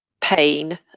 pain